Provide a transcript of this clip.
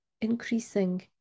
increasing